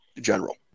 general